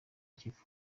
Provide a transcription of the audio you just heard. kivu